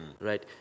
right